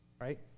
Right